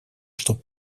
чтобы